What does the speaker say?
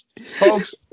Folks